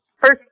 first